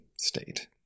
state